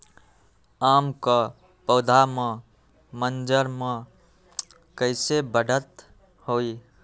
आम क पौधा म मजर म कैसे बढ़त होई?